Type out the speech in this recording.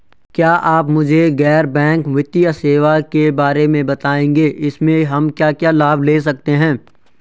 क्या आप मुझे गैर बैंक वित्तीय सेवाओं के बारे में बताएँगे इसमें हम क्या क्या लाभ ले सकते हैं?